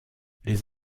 les